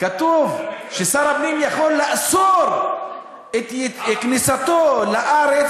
כתוב ששר הפנים יכול לאסור את כניסתו לארץ,